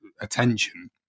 attention